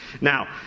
Now